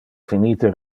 finite